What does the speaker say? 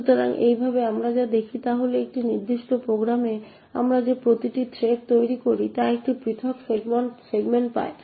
সুতরাং এইভাবে আমরা যা দেখি তা হল যে একটি নির্দিষ্ট প্রোগ্রামে আমরা যে প্রতিটি থ্রেড তৈরি করি তা একটি পৃথক সেগমেন্ট পায়